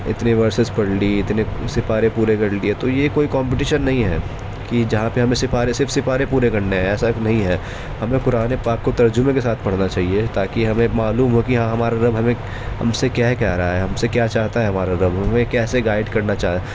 اتنے ورسیز پڑھ لیے اتنے سیپارے پورے کر لیے تو یہ کوئی کمپٹیشن نہیں ہے کہ جہاں پہ ہمیں سیپارے صرف سیپارے پورے کرنے ہیں ایسا نہیں ہے ہمیں قرآن پاک کو ترجمے کے ساتھ پڑھنا چاہیے تاکہ ہمیں معلوم ہو کہ ہاں ہمارا رب ہمیں ہم سے کہہ کیا رہا ہے ہم سے کیا چاہتا ہے ہمارا رب ہمیں کیسے گائڈ کرنا چاہ